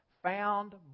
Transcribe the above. found